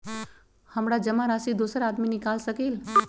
हमरा जमा राशि दोसर आदमी निकाल सकील?